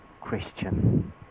Christian